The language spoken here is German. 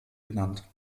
genannt